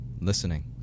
listening